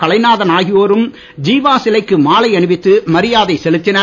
கலைநாதன் ஆகியோரும் ஜீவா சிலைக்கு மாலை அணிவித்து மரியாதை செலுத்தினர்